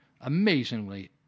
amazingly